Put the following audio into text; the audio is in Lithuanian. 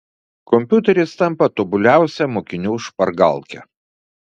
kompiuteris tampa tobuliausia mokinių špargalke